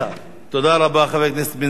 תודה רבה, חבר הכנסת בן-סימון.